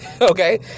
okay